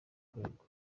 rwego